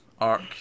arc